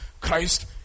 Christ